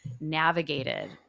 navigated